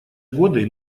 годы